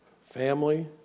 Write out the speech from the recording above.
Family